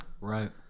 Right